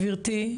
גבירתי,